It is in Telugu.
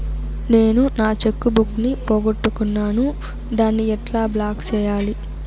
నేను నా చెక్కు బుక్ ను పోగొట్టుకున్నాను దాన్ని ఎట్లా బ్లాక్ సేయాలి?